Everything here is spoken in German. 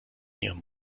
ihrem